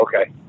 Okay